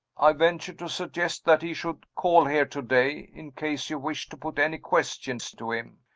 i ventured to suggest that he should call here to-day, in case you wished to put any questions to him.